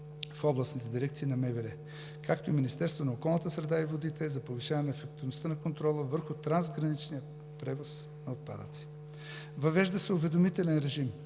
в областните дирекции на МВР, както и в Министерството на околната среда и водите за повишаване на контрола върху трансграничния превоз на отпадъци. Въвежда се уведомителен режим